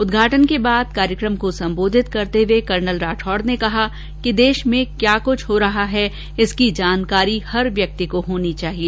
उदघाटन के बाद कार्यक्रम को संबोधित करते हुए कर्नल राठौड ने कहा कि देश में क्या कुछ हो रहा है इसकी जानकारी हर व्यक्ति को होनी चाहिए